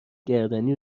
گردنی